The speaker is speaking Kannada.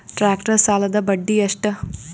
ಟ್ಟ್ರ್ಯಾಕ್ಟರ್ ಸಾಲದ್ದ ಬಡ್ಡಿ ಎಷ್ಟ?